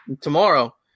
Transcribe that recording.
Tomorrow